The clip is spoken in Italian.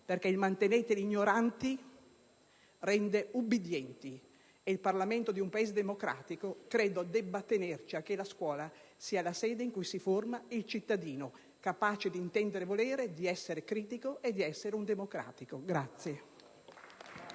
perché il mantenere ignoranti genera obbedienza e il Parlamento di un Paese democratico credo debba tenere a che la scuola sia la sede in cui si forma il cittadino, capace di intendere e di volere, di essere critico e di essere un democratico.